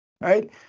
right